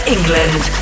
England